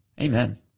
Amen